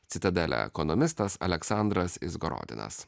citadele ekonomistas aleksandras izgorodinas